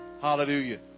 Hallelujah